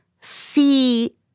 see